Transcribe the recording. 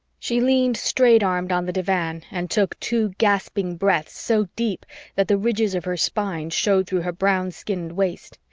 she leaned straight-armed on the divan and took two gasping breaths so deep that the ridges of her spine showed through her brown-skinned waist,